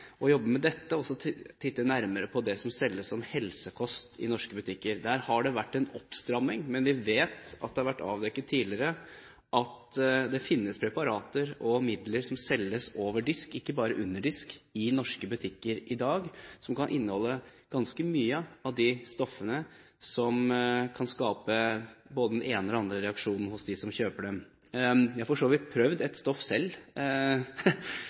å jobbe med dette er viktig å kikke nærmere på det som selges som «helsekost» i norske butikker. Her har det vært en innstramming, men vi vet at det tidligere har vært avdekket at det finnes preparater og midler som selges over disk – og ikke bare under disk – i norske butikker i dag, som kan inneholde ganske mye av de stoffene som kan skape både den ene og den andre reaksjonen hos dem som bruker det. Jeg har for så vidt prøvd et stoff selv.